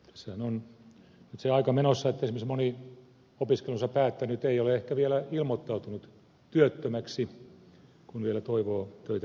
sehän on se aika menossa että esimerkiksi moni opiskelunsa päättänyt ei ole ehkä vielä ilmoittautunut työttömäksi kun vielä toivoo töitä löytyvän